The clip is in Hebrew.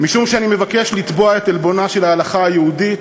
משום שאני מבקש לתבוע את עלבונה של ההלכה היהודית,